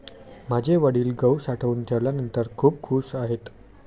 माझे वडील गहू साठवून ठेवल्यानंतर खूप खूश आहेत